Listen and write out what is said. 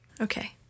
okay